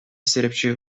серепчи